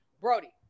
Brody